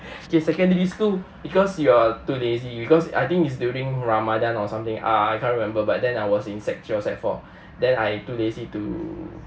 okay secondary school because you are too lazy because I think it's during ramadan or something uh I can't remember but then I was in sec three or sec four then I too lazy to